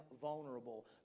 vulnerable